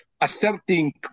asserting